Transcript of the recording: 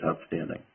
outstanding